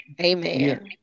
Amen